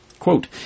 quote